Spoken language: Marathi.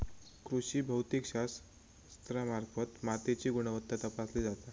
कृषी भौतिकशास्त्रामार्फत मातीची गुणवत्ता तपासली जाता